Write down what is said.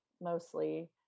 mostly